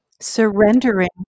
Surrendering